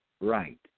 right